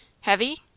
Heavy